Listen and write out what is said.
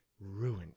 ruined